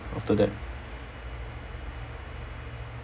after that